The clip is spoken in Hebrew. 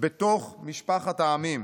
בתוך משפחת העמים.